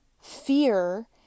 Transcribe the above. fear